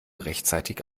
rechtzeitig